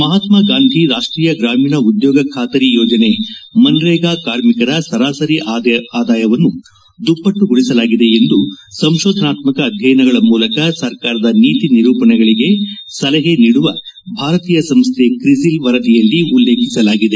ಮಹಾತ್ಗಾಂಧಿ ರಾಷ್ಷೀಯ ಗಾಮೀಣ ಉದ್ಲೋಗ ಬಾತರಿ ಯೋಜನೆ ಮನ್ರೇಗಾ ಕಾರ್ಮಿಕರ ಸರಾಸರಿ ಆದಾಯವನ್ನು ದುಪ್ಪಟ್ನುಗೊಳಿಸಲಾಗಿದೆ ಎಂದು ಸಂಶೋಧನಾತ್ತಕ ಅಧ್ಯಯನಗಳ ಮೂಲಕ ಸರ್ಕಾರದ ನೀತಿ ನಿರೂಪಣೆಗಳಿಗೆ ಸಲಹೆ ನೀಡುವ ಭಾರತೀಯ ಸಂಶ್ಲೆ ಕ್ರಿಸಿಲ್ ವರದಿಯಲ್ಲಿ ಉಲ್ಲೇಖಿಸಲಾಗಿದೆ